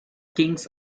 kings